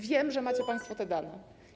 Wiem, że macie państwo te dane.